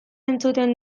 entzuten